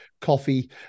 coffee